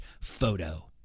photo